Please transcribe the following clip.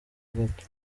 gato